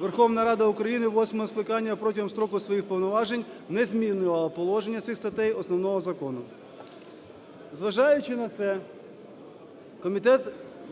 Верховна Рада України восьмого скликання протягом строку своїх повноважень не змінювала положення цих статей Основного Закону. Зважаючи на це, комітет